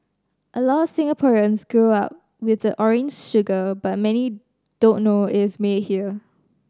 a lot of Singaporeans grow up with the orange sugar but many don't know it is made here